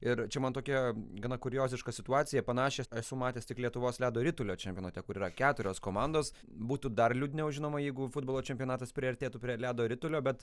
ir čia man tokia gana kurioziška situacija panašią esu matęs tik lietuvos ledo ritulio čempionate kur yra keturios komandos būtų dar liūdniau žinoma jeigu futbolo čempionatas priartėtų prie ledo ritulio bet